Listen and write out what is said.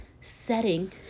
setting